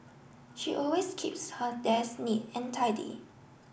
she always keeps her desk neat and tidy